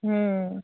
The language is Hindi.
हम्म